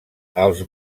els